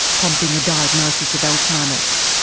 prompting a diagnosis of alzheimer's.